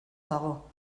dago